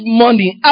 money